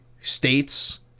states